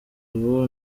ubu